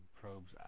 Probes